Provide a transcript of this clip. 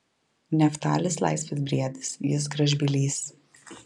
neftalis laisvas briedis jis gražbylys